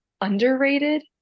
underrated